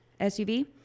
SUV